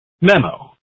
Memo